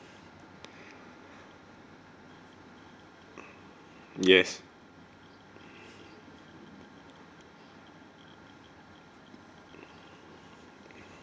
yes